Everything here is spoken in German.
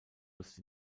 just